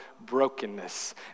brokenness